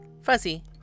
fuzzy